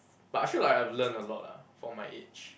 but I feel like I've learnt a lot lah for my age